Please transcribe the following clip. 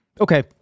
Okay